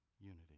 unity